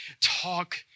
talk